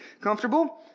Comfortable